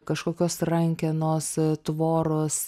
kažkokios rankenos tvoros